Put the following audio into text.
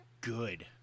good